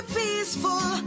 peaceful